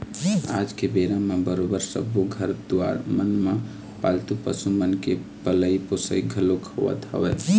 आज के बेरा म बरोबर सब्बो घर दुवार मन म पालतू पशु मन के पलई पोसई घलोक होवत हवय